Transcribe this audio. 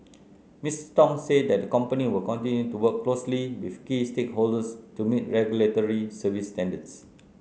Mister Tong said the company will continue to work closely with key stakeholders to meet regulatory service standards